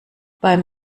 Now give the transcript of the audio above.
beim